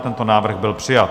Tento návrh byl přijat.